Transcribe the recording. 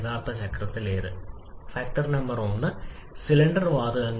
അതിനാൽ പോയിന്റ് 2 ന്റെ സ്ഥാനത്ത് നമ്മൾക്ക് കുറവുണ്ടാകും